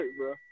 bro